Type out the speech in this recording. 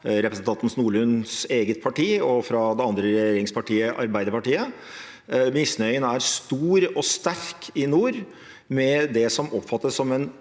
representanten Nordlunds eget parti og fra det andre regjeringspartiet, Arbeiderpartiet. Misnøyen er stor og sterk i nord med det som oppfattes som en